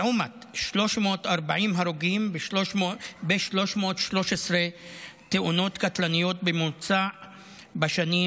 לעומת 340 הרוגים ב-313 תאונות קטלניות בממוצע בשנים